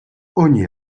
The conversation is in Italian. ogni